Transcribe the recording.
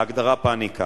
להגדרה פניקה.